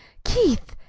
keith,